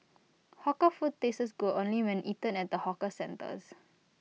hawker food tastes good only when eaten at the hawker centres